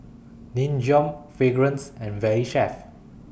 Nin Jiom Fragrance and Valley Chef